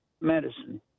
medicine